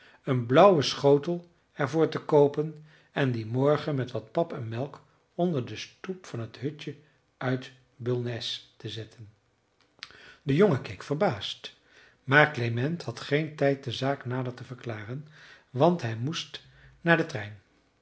een blauwen schotel er voor te koopen en die morgen met wat pap en melk onder de stoep van het hutje uit bollnäs te zetten de jongen keek verbaasd maar klement had geen tijd de zaak nader te verklaren want hij moest naar den trein